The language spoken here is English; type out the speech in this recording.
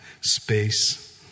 space